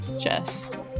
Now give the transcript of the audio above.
Jess